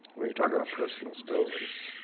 when you're talking about personal stories.